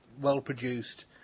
well-produced